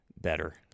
better